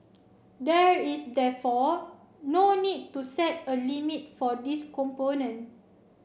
there is therefore no need to set a limit for this component